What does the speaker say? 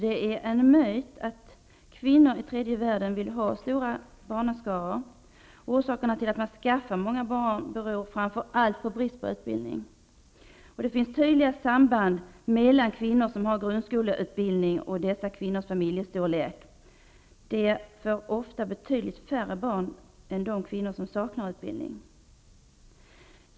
Det är nämligen en myt att kvinnor i tredje världen vill ha stora barnaskaror. Orsaken till att man skaffar många barn är framför allt brist på utbildning. Det finns ett tydligt samband mellan grundskoleutbildning hos kvinnor och familjestorlek. Kvinnor med grundskoleutbildning får ofta betydligt färre barn än kvinnor som saknar utbildning.